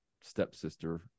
stepsister